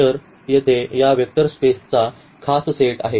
तर येथे या वेक्टर स्पेसेसचा खास सेट आहे